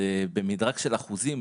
זה במדרג של אחוזים,